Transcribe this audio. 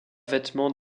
vêtement